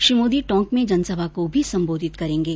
श्री मोदी टोंक में जनसभा को भी संबोधित करेंगे